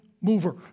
mover